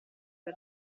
per